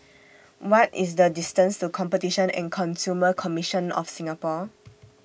What IS The distance to Competition and Consumer Commission of Singapore